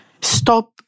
Stop